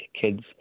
kids